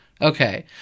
Okay